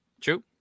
true